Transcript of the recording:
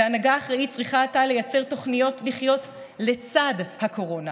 והנהגה אחראית צריכה הייתה לייצר תוכניות לחיות לצד הקורונה,